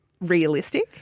realistic